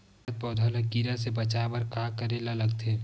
खिलत पौधा ल कीरा से बचाय बर का करेला लगथे?